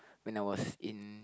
when I was in